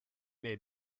may